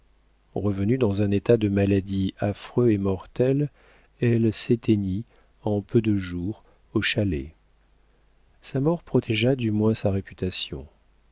revenue dans un état de maladie affreux et mortel elle s'éteignit en peu de jours au chalet sa mort protégea du moins sa réputation